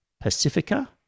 Pacifica